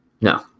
No